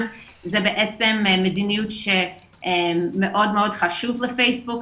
זה בעצם מדיניות שמאוד מאוד חשוב לפייסבוק,